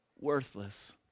worthless